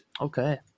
okay